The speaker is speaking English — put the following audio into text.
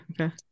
Okay